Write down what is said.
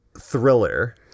thriller